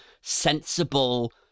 sensible